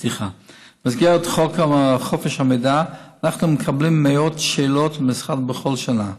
במסגרת חוק חופש המידע אנחנו מקבלים מאות שאלות למשרד בכל שנה.